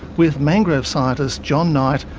with mangrove scientist jon knight,